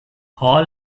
hall